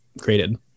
created